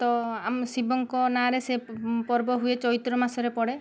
ତ ଆମେ ଶିବଙ୍କ ନାଁରେ ସେ ପର୍ବ ହୁଏ ଚୈତ୍ର ମାସରେ ପଡ଼େ